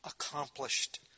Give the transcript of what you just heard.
accomplished